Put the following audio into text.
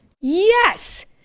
Yes